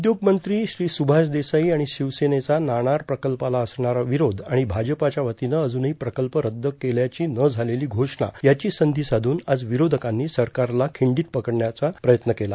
उद्योग मंत्री श्री सुभाष देसाई आणि शिवसेनेचा नाणार प्रकल्पाला असणारा विरोध आणि भाजपाच्या वतीनं अजूनही प्रकल्प रद्द केल्याची न झालेली घोषणा याची संधी साधून आज विरोधकांनी सरकारला खिंडीत पकडायचा प्रयत्न केला